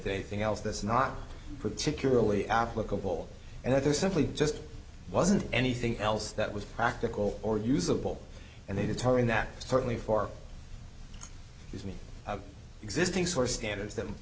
a thing else that's not particularly applicable and there's simply just wasn't anything else that was practical or usable and they determined that certainly for me existing source standards them